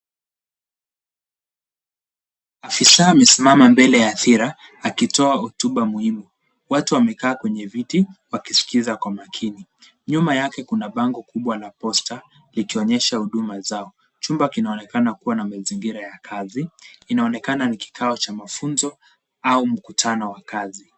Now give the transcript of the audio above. Afisa ame simama mbele ya hadhira, akitoa hotuba muhimu. Watu wamekaa kwenye viti, wakisikiliza kwa makini. Nyuma yake kuna bango kubwa la posta, likionyesha huduma zao: chumba kinaonekana kuwa na mazingira ya kazi. Inaonekana ni kikao cha mafunzo, au mkutano wa kazi.